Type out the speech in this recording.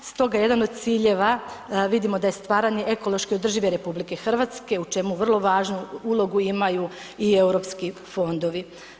Stoga jedan od ciljeva, vidimo da je stvaranje ekološki održive RH u čemu vrlo važnu ulogu imaju i EU fondovi.